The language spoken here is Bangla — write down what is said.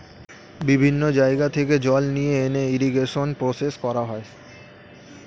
বিভিন্ন জায়গা থেকে জল নিয়ে এনে ইরিগেশন প্রসেস করা হয়